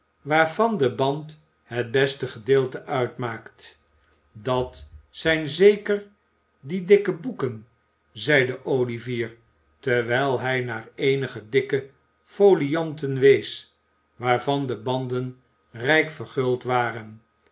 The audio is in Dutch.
waarvan de band het beste gedeelte uitmaakt dat zijn zeker die dikke boeken zeide olivier terwijl hij naar eenige dikke folianten wees waarvan de banden rijk verguld waren